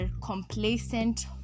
complacent